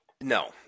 no